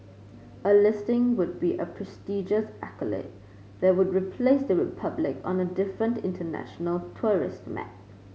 a listing would be a prestigious accolade that would place the Republic on a different international tourist map